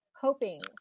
hoping